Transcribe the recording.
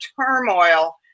turmoil